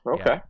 okay